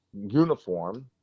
uniform